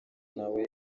nawe